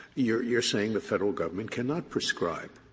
you're you're saying the federal government cannot prescribe